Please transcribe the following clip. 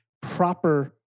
proper